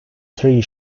three